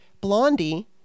Blondie